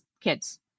kids